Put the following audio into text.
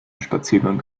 spaziergang